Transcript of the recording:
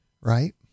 right